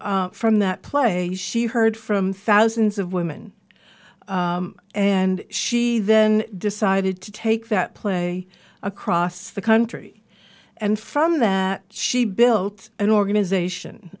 from that play she heard from thousands of women and she then decided to take that play across the country and from that she built an organization